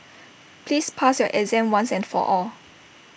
please pass your exam once and for all